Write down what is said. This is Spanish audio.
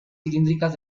cilíndricas